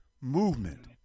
movement